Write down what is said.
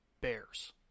bears